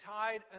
tied